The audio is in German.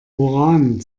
uran